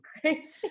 crazy